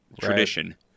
tradition